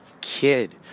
kid